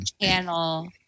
channel